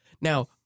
Now